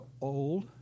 old